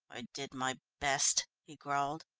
i did my best, he growled.